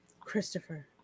Christopher